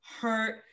hurt